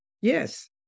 Yes